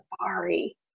safari